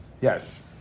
Yes